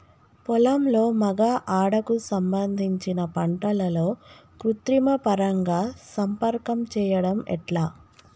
పొలంలో మగ ఆడ కు సంబంధించిన పంటలలో కృత్రిమ పరంగా సంపర్కం చెయ్యడం ఎట్ల?